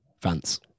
France